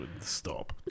stop